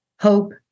hope